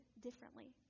differently